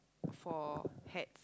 for hat